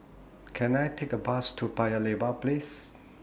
Can I Take A Bus to Paya Lebar Place